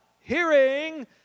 hearing